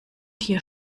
tier